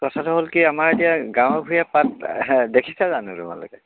কথাটো হ'ল কি আমাৰ এতিয়া গাঁৱে ভূঞে পাত দেখিছা জানো তোমালোকে